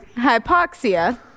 Hypoxia